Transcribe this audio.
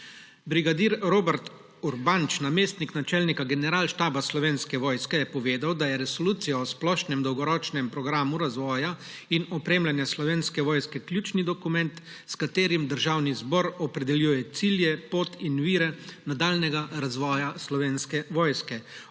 Brigadir Robert Urbanč, namestnik načelnika Generalštaba Slovenske vojske je povedal, da je resolucija o splošnem dolgoročnem programu razvoja in opremljanja Slovenske vojske ključni dokument, s katerim Državni zbor opredeljuje cilje, pot in vire nadaljnjega razvoja Slovenske vojske.